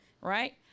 Right